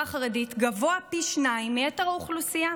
החרדית גבוה פי שניים מיתר האוכלוסייה,